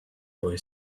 boy